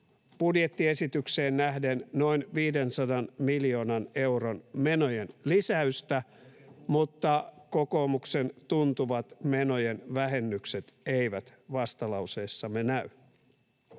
budjettiesitykseen nähden noin 500 miljoonan euron menojen lisäystä, mutta kokoomuksen tuntuvat menojen vähennykset eivät vastalauseessamme näy.